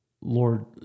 Lord